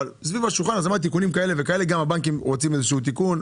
אבל גם הבנקים רוצים איזה שהוא תיקון,